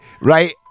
Right